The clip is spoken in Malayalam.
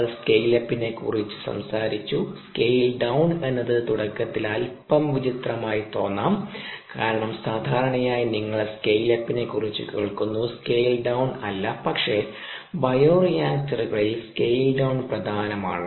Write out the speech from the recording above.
നമ്മൾ സ്കെയിൽ അപ്പിനെക്കുറിച്ച് സംസാരിച്ചു സ്കെയിൽ ഡൌൺ എന്നത് തുടക്കത്തിൽ അൽപ്പം വിചിത്രമായി തോന്നാം കാരണം സാധാരണയായി നിങ്ങൾ സ്കെയിൽ അപ്പിനെക്കുറിച്ച് കേൾക്കുന്നു സ്കെയിൽ ഡൌൺ അല്ല പക്ഷേ ബയോറിയാക്ടറുകളിൽ സ്കെയിൽ ഡൌൺ പ്രധാനമാണ്